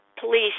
police